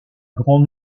grand